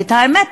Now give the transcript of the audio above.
האמת,